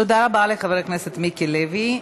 תודה רבה לחבר הכנסת מיקי לוי.